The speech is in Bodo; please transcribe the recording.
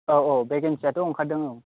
औ औ भेकेनसियाथ' ओंखारदों औ